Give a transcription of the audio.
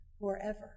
forever